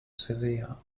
severe